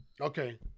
Okay